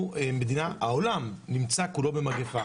העולם נמצא כולו במגיפה,